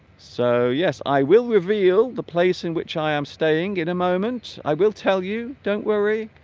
so yes i will reveal the place in which i am staying in a moment i will tell you don't worry